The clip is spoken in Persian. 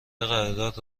قرارداد